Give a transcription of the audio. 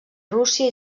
rússia